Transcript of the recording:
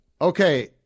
Okay